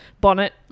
bonnet